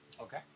Okay